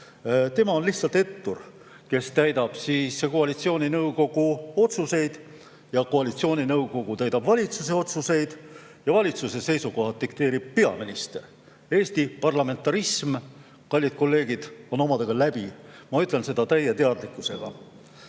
Tema on lihtsalt ettur, kes täidab koalitsiooninõukogu otsuseid, koalitsiooninõukogu täidab valitsuse otsuseid ja valitsuse seisukohad dikteerib peaminister. Eesti parlamentarism, kallid kolleegid, on omadega läbi. Ma ütlen seda täie teadlikkusega.